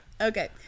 Okay